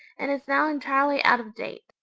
and is now entirely out of date.